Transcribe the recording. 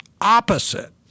opposite